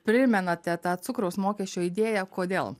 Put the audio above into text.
primenate tą cukraus mokesčio idėją kodėl